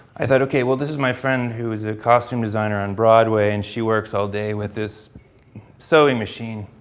i thought okay, well, this is my friend who was a costume designer on broadway and she works all day with this sewing machine.